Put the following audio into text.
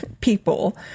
people